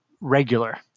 regular